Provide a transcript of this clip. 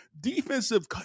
Defensive